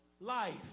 life